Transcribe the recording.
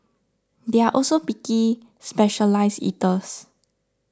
they are also picky specialised eaters